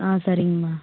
ஆ சரிங்கம்மா